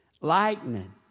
Lightning